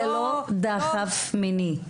זה לא דחף מיני.